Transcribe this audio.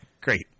Great